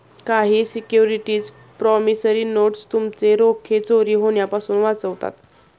काही securities promissory notes तुमचे रोखे चोरी होण्यापासून वाचवतात